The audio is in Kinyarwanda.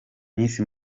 miss